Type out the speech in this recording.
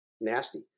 nasty